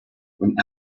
when